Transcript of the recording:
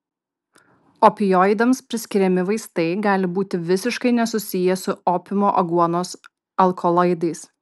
opioidams priskiriami vaistai gali būti visiškai nesusiję su opiumo aguonos alkaloidais